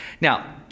Now